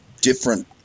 different